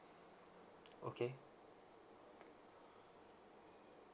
okay